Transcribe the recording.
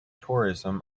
tourism